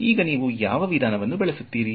ಈಗ ನೀವು ಯಾವ ವಿಧಾನವನ್ನು ಬಳಸುತ್ತೀರಿ